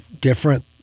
different